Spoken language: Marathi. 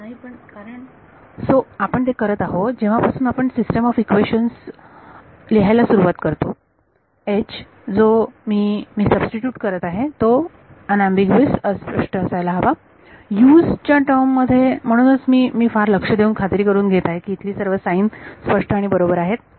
विद्यार्थी नाही पण कारण सो आपण ते करत आहोत जेव्हापासून आपण सिस्टम ऑफ इक्वेशन्स लिहायला सुरुवात करतो H जो मी मी सबस्टीट्यूट करत आहे तो अस्पष्ट असायला हवा Us च्या टर्म मध्ये म्हणूनच मी मी फार लक्ष देऊन खात्री करून घेत आहे की इथली सर्व साईन स्पष्ट आणि बरोबर आहेत